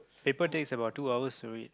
paper takes about two hours to read